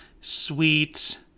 sweet